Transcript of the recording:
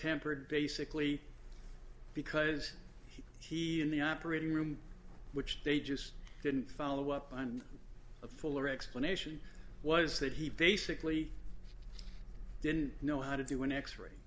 tempered basically because he in the operating room which they just didn't follow up on a fuller explanation was that he basically didn't know how to do an x ray